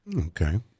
Okay